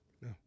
No